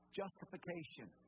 justification